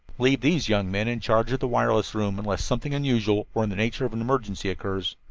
leave these young men in charge of the wireless room, unless something unusual or in the nature of an emergency occurs.